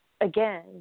again